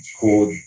called